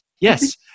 Yes